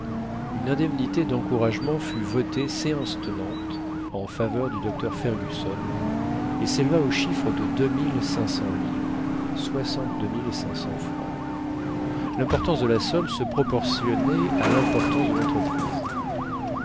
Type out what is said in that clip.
une indemnité d'encouragement fut votée séance tenante en faveur du docteur fergusson et s'éleva au chiffre de deux mille cinq cents livressoixante deux mille cinq cents francs l'importance de la somme se proportionnait à l'importance de l'entreprise